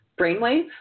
brainwave